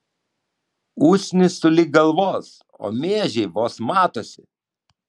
usnys sulig galvos o miežiai vos matosi